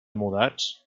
mudats